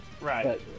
Right